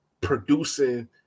producing